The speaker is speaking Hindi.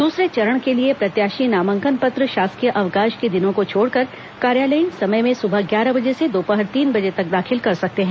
दूसरे चरण के लिए प्रत्याशी नामांकन पत्र शासकीय अवकाश के दिनों को छोड़कर कार्यालयीन समय में सुबह ग्यारह बजे से दोपहर तीन बजे तक दाखिल कर सकते हैं